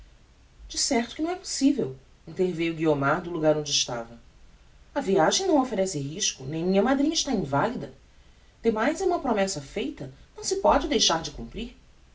de certo que não é possível interveiu guiomar do lugar onde estava a viagem não offerece risco nem minha madrinha está invalida demais é uma promessa feita não se pode deixar de cumprir